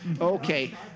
Okay